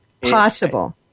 possible